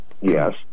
Yes